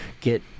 get